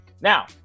Now